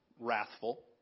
Wrathful